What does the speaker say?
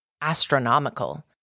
astronomical